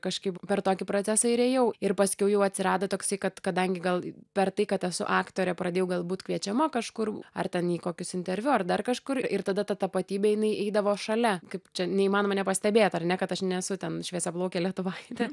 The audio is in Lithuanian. kažkaip per tokį procesą ir ėjau ir paskiau jau atsirado toksai kad kadangi gal per tai kad esu aktorė pradėjau galbūt kviečiama kažkur ar ten į kokius interviu ar dar kažkur ir tada ta tapatybė jinai eidavo šalia kaip čia neįmanoma nepastebėt ar ne kad aš nesu ten šviesiaplaukė lietuvaitė